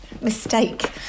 mistake